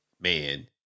man